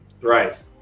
right